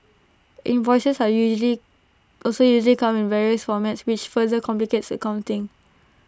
invoices are usually also usually come in various formats which further complicates accounting